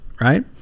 right